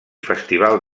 festival